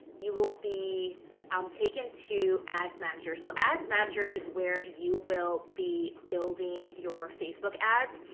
you will be um taken to ads manager. so ads manager is where you will be building your facebook ads.